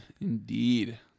indeed